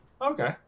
okay